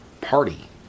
party